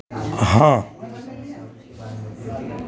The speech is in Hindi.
हाँ